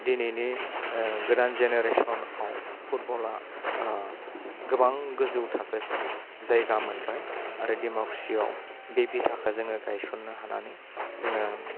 दिनैनि गोदान जेनेरेसनआव फुटबला गोबां गोजौ थाखोसिम जायगा मोनबाय आरो दिमाकुसियाव बे बिथाखो जोङो गायसननो हानानै जोङो